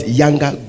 younger